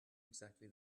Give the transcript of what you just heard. exactly